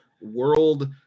world